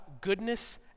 goodness